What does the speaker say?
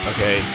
Okay